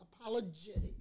apologetic